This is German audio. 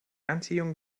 anziehung